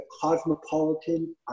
cosmopolitan